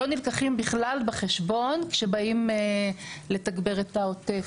לא נלקחים בכלל בחשבון כשבאים לתגבר את העוטף.